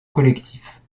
collectifs